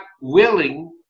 willing